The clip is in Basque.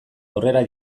aurrera